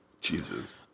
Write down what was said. Jesus